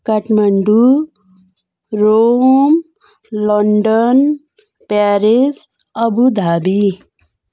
Kathmandu Rome London Paris Abu Dhabi